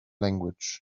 language